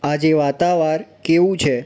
આજે વાતાવાર કેવું છે